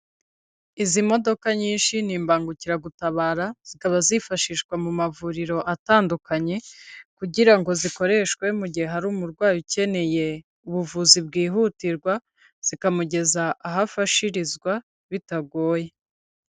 Izi modoka nyinshi ni imbangukiragutabara, zikaba zifashishwa mu mavuriro atandukanye kugira ngo zikoreshwe mu gihe hari umurwayi ukeneye ubuvuzi bwihutirwa, zikamugeza aho afashirizwa bitagoye.